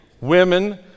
women